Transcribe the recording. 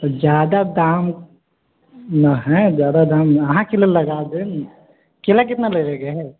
आओर ज्यादा दाम नहि हइ अहाँके लेल लगा देब केला कतना लेबेके हइ